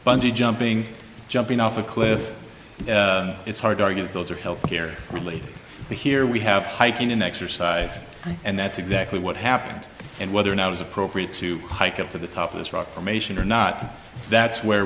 bungee jumping jumping off a cliff it's hard to argue that those are health care really be here we have hiking in exercise and that's exactly what happened and whether or not it's appropriate to hike up to the top of this rock formation or not that's where